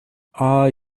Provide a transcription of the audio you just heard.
are